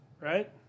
right